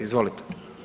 Izvolite.